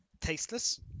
tasteless